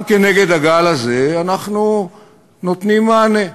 גם נגד הגל הזה אנחנו נותנים מענה.